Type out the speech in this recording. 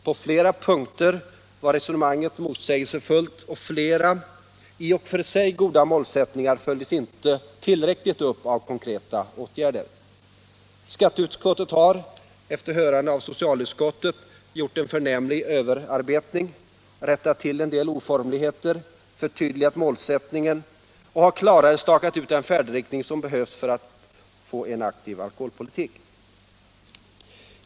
På flera punkter var resonemanget motsägelsefullt, och flera i och för sig goda målsättningar följdes inte upp tillräckligt av konkreta åtgärder. Skatteutskottet har, efter hörande av socialutskottet, gjort en förnämlig överarbetning, rättat till en del oformligheter, förtydligat målsättningen och klarare stakat ut den färdriktning som behövs för att få en aktiv alkoholpolitik.